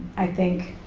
i think,